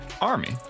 Army